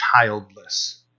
childless